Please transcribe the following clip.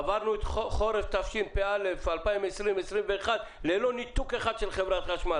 עברנו את חורף תשפ"א-2021-2020 ללא ניתוק של חברת חשמל.